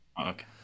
Okay